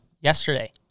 yesterday